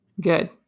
Good